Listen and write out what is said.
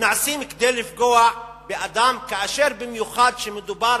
כדי לפגוע באדם, כאשר במיוחד מדובר